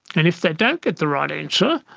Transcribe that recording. and if they don't get the right answer,